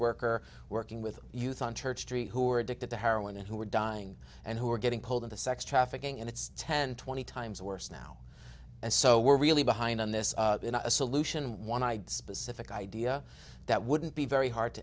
worker working with youth on church street who are addicted to heroin and who are dying and who are getting pulled into sex trafficking and it's ten twenty times worse now and so we're really behind on this solution one eyed specific idea that wouldn't be very hard